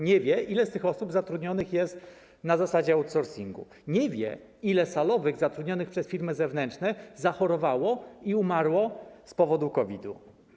Nie wie, ile z tych osób zatrudnionych jest na zasadzie outsourcingu, nie wie, ile salowych zatrudnionych przez firmy zewnętrzne zachorowało i umarło z powodu COVID.